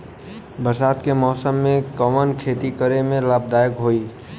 बरसात के मौसम में कवन खेती करे में लाभदायक होयी?